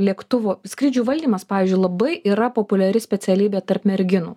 lėktuvų skrydžių valdymas pavyzdžiui labai yra populiari specialybė tarp merginų